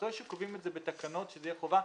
אחרי שקובעים את זה בתקנות שזה יהיה חובה,